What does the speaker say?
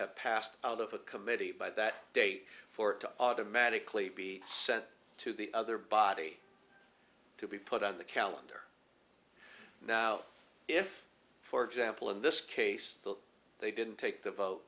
have passed out of a committee by that date for it to automatically be sent to the other body to be put on the calendar now if for example in this case they didn't take the vote